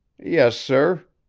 yes, sir.